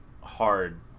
hard